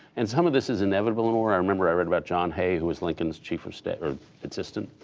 and some of this is inevitable in war. i remember i read about john hay, who was lincoln's chief of staff or assistant.